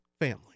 family